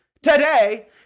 Today